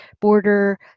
border